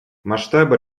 масштабы